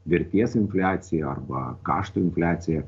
vertės infliacija arba kaštų infliacija